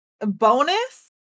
bonus